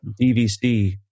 dvc